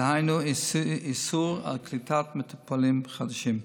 דהיינו איסור קליטת מטופלים חדשים.